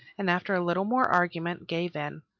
and, after a little more argument, gave in.